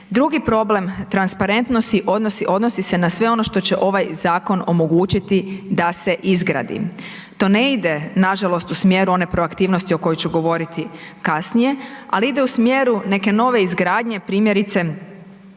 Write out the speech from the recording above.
Drugi problem transparentnosti odnosi se na sve ono što će ovaj zakon omogućiti da se izgradi. To ne ide nažalost u smjeru one proaktivnosti o kojoj ću govoriti kasnije, ali ide u smjeru neke nove izgradnje primjerice